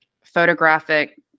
photographic